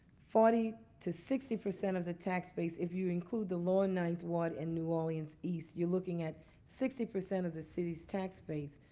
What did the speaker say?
forty percent to sixty percent of the tax base if you include the lower ninth ward and new orleans east, you're looking at sixty percent of the city's tax base.